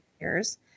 years